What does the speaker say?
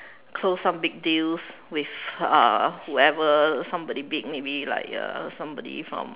close some big deals with uh whoever somebody big maybe like uh somebody from